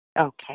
Okay